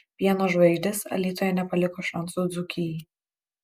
pieno žvaigždės alytuje nepaliko šansų dzūkijai